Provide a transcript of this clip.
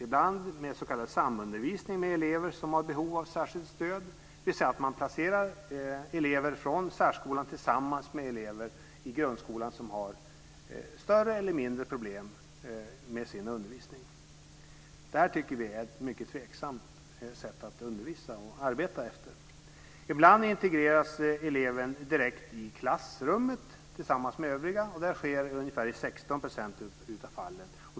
Ibland sker det med s.k. samundervisning med elever som har behov av särskilt stöd. Man placerar elever från särskolan tillsammans med elever i grundskolan som har större eller mindre problem med sin undervisning. Det tycker vi är ett mycket tveksamt sätt att undervisa och arbeta efter. Ibland integreras eleven direkt i klassrummet tillsammans med övriga. Det sker i ungefär 16 % av fallen.